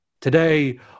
Today